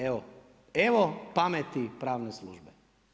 Evo, evo pameti pravne službe.